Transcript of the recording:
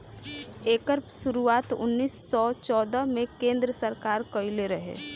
एकर शुरुआत उन्नीस सौ चौदह मे केन्द्र सरकार कइले रहे